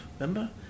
remember